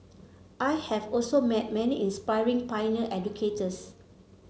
I have also met many inspiring pioneer educators